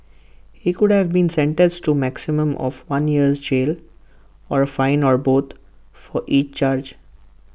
he could have been sentenced to A maximum of one year's jail or A fine or both for each charge